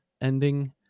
Ending